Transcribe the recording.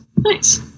Nice